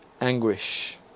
anguish